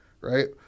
right